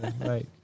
Right